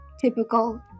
typical